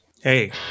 Hey